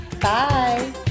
Bye